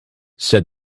said